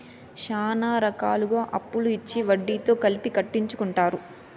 శ్యానా రకాలుగా అప్పులు ఇచ్చి వడ్డీతో కలిపి కట్టించుకుంటారు